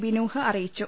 B Nooh അറി യിച്ചു